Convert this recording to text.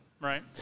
Right